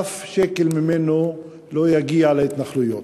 אף שקל ממנו לא יגיע להתנחלויות.